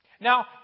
Now